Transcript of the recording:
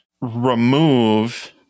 remove